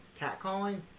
Catcalling